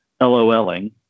LOLing